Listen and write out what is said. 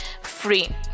free